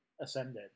ascended